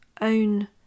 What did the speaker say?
own